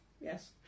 Yes